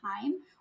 time